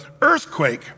earthquake